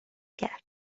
کرد